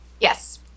yes